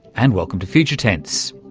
and welcome to future tense.